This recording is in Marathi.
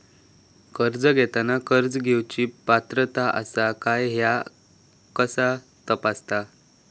कर्ज घेताना कर्ज घेवची पात्रता आसा काय ह्या कसा तपासतात?